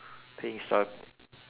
playing st~